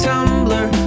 Tumblr